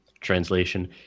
Translation